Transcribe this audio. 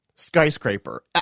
skyscraper